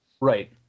Right